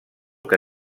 que